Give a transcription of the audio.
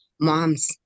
moms